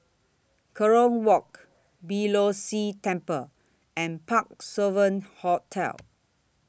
Kerong Walk Beeh Low See Temple and Parc Sovereign Hotel